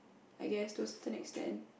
I guess to a certain extent